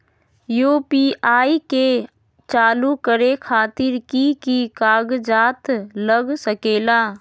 UPI के चालु करे खातीर कि की कागज़ात लग सकेला?